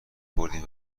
بردیم